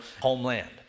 homeland